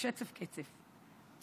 בשצף קצף.